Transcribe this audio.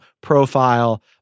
profile